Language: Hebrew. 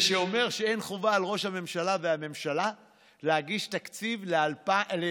זה שאומר שאין חובה על ראש הממשלה והממשלה להגיש תקציב ל-2021.